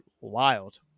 wild